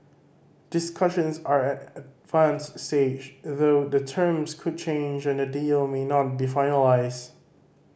discussions are at an advanced stage though the terms could change and the deal may not be finalised